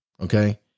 Okay